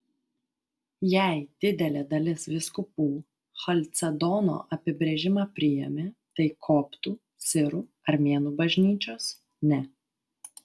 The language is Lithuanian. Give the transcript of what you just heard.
jei didelė dalis vyskupų chalcedono apibrėžimą priėmė tai koptų sirų armėnų bažnyčios ne